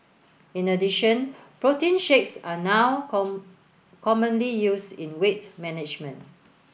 in addition protein shakes are now commonly used in weight management